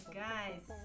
guys